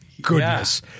goodness